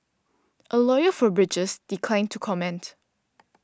a lawyer for bridges declined to comment